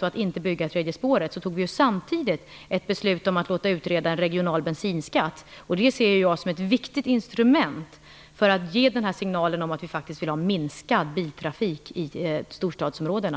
att inte bygga tredje spåret beslöt vi samtidigt att låta utreda en regional bensinskatt. Det ser jag som ett viktigt instrument för att ge signalen att vi faktiskt vill ha minskad biltrafik i storstadsområdena.